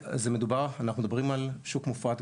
אנחנו מדברים על שוק מופרט,